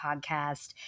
podcast